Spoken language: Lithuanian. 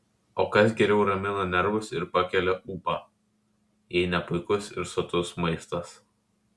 o kas geriau ramina nervus ir pakelia ūpą jei ne puikus ir sotus maistas